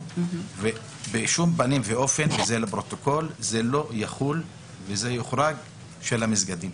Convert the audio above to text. וסוכם שבשום פנים ואופן זה לא יחול על המסגדים.